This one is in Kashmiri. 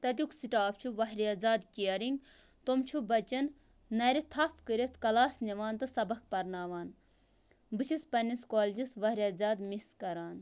تَتیُک سِٹاف چھِ واریاہ زیادٕ کِیَرِنٛگ تِم چھِ بَچَن نَرِ تھَپھ کِٔرتھ کَلاس نِوان تہٕ سبق پرناوان بہٕ چھَس پنٛںِس کالجَس واریاہ زیادٕ مِس کَران